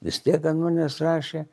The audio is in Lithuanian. vis tiek ant manęs rašė